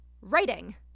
writing